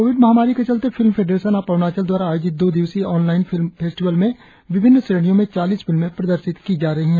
Covid महामारी के चलते फिल्म फेडरेशन ऑफ अरुणाचल दवारा आयोजित दो दिवसीय आनलाईन फिल्म फेस्टिवल में विभिन्न श्रेणियों में चालीस फिल्मे प्रदर्शित की जाएंगी